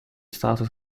started